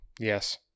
yes